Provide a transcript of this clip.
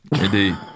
Indeed